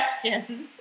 questions